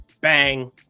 bang